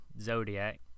Zodiac